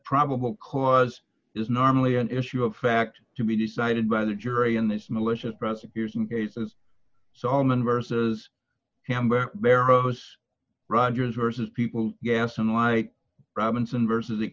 probable cause is normally an issue of fact to be decided by the jury in this malicious prosecution cases solomon versus amber barrow's rogers versus people ghassan like robinson versus